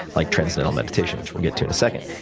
like transcendental meditation which we'll get to in a second.